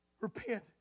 Repent